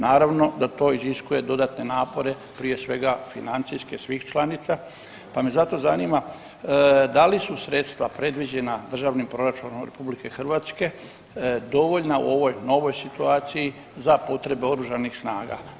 Naravno da to iziskuje dodatne napore prije svega financijske svih članica, pa me zato zanima da li su sredstva predviđena Državnim proračunom RH dovoljna u ovoj novoj situaciji za potrebe Oružanih snaga.